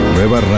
Nueva